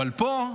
אבל פה,